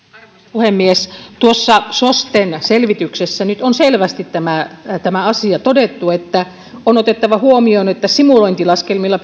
puhemies tuossa sosten selvityksessä nyt on selvästi tämä tämä asia todettu on otettava huomioon että simulointilaskelmilla